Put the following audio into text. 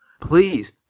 Please